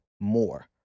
more